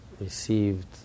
received